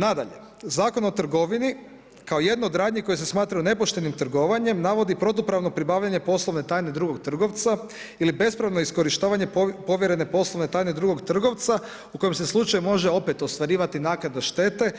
Nadalje, Zakon o trgovini kao jednu od radnji koje se smatraju nepoštenim trgovanjem navodi protupravno pribavljanje poslovne tajne drugog trgovca ili bespravno iskorištavanje povjerene poslovne tajne drugog trgovca u kojem se slučaju može opet ostvarivati naknada štete